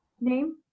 Name